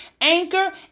Anchor